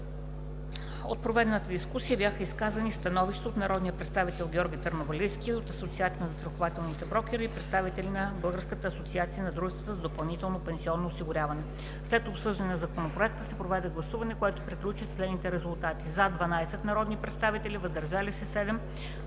При проведената дискусия бяха изказани становища от народния представител Георги Търновалийски, от Асоциацията на застрахователните брокери и представителите на Българската асоциация на дружествата за допълнително пенсионно осигуряване. След обсъждане на Законопроекта се проведе гласуване, което приключи със следните резултати: „за” – 12 народни представители, без „против”,